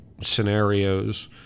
Scenarios